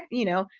you know,